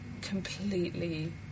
completely